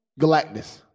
Galactus